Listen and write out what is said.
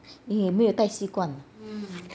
你没有戴习惯